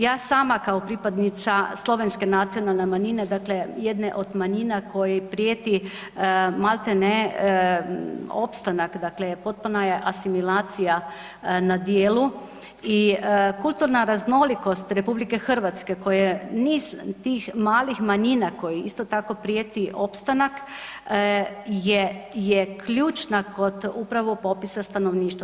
Ja sama kao pripadnica slovenske nacionalne manjine, dakle jedne od manjina koji prijeti maltene opstanak, dakle potpuna je asimilacija na djelu i kulturna raznolikost RH koja niz tih malih manjina koji isto tako prijeti opstanak je ključna kod upravo popisa stanovništva.